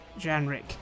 Janrik